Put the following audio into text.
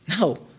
No